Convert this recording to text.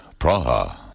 Praha